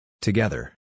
Together